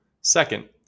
Second